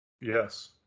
Yes